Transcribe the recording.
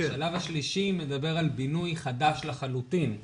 השלב השלישי מדבר על בינוי חדש לחלוטין,